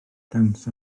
dawns